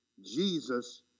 Jesus